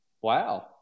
wow